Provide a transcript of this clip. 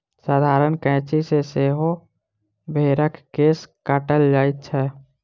साधारण कैंची सॅ सेहो भेंड़क केश काटल जाइत छै